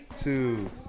two